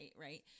right